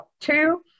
two